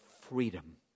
freedom